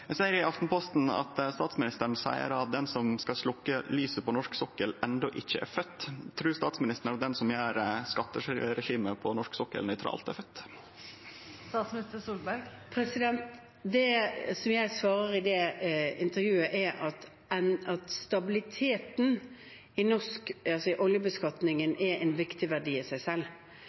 i Aftenposten at statsministeren seier at den som skal sløkkje lyset på norsk sokkel, enno ikkje er fødd. Trur statsministeren at den som gjer skatteregimet på norsk sokkel nøytralt, er fødd? Det jeg snakker om i det intervjuet, er at stabiliteten i norsk oljebeskatning er en viktig verdi i seg selv.